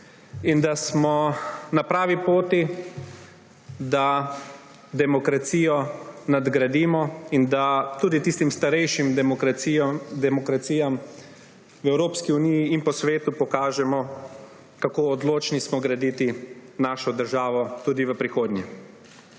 in da smo na pravi poti, da demokracijo nadgradimo in da tudi tistim starejšim demokracijam v Evropski uniji in po svetu pokažemo, kako odločni smo graditi našo državo tudi v prihodnje.